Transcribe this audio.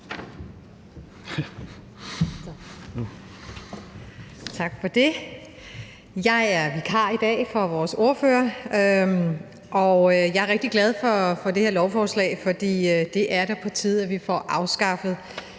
Tak for det. Jeg er vikar i dag for vores sædvanlige ordfører. Jeg er rigtig glad for det her lovforslag, for det er da på tide, at vi får afskaffet